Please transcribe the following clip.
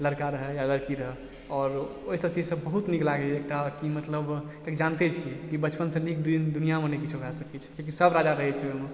लड़का रहए या लड़की रहए आओर ओइ सब चीजसँ बहुत नीक लागय एकटा कि मतलब किएक कि जानिते छियै कि बचपनसँ नीक दुनिआँमे नहि किछो भए सकय छै किएक कि सब राजा रहय छै ओइमे